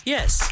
Yes